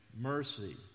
Mercy